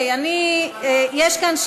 אני אומרת לו שהוא לא חייב.